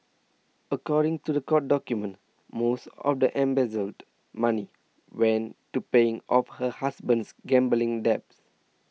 according to the court documents most of the embezzled money went to paying off her husband's gambling debts